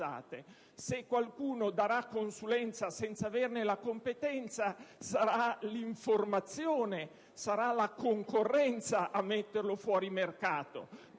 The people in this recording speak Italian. Se qualcuno darà consulenza senza averne la competenza sarà l'informazione, la concorrenza a metterlo fuori mercato,